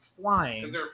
flying